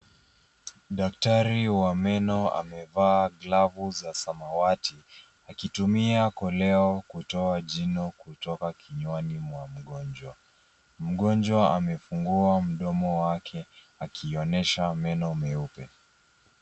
Daktari wa meno amevaa glavu za samawati, akitumia koleo kutoa jino kutoka kinywani mwa mgonjwa. Mgonjwa amefungua mdomo wake, akionesha meno meupe.